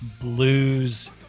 blues